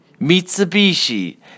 Mitsubishi